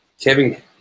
Kevin